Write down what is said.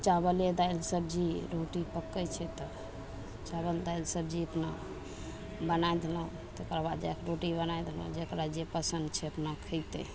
चावले दालि सब्जी रोटी पकय छै तऽ चावल दालि सब्जी अपना बनाय देलहुँ तकरबाद जा कऽ रोटी बनाय देलहुँ जकरा जे पसन्द छै अपना खेतय